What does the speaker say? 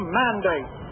mandate